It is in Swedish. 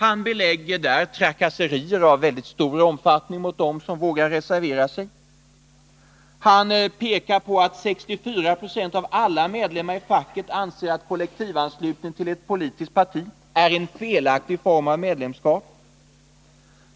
— Han belägger där trakasserier av väldig omfattning mot dem som vågar reservera sig, och han pekar på att 64 96 av alla medlemmar i facket anser att kollektivanslutning till ett politiskt parti är en felaktig form av medlemskap.